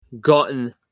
gotten